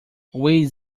whiz